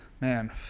man